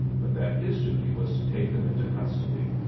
but that his duty was to take them into custody.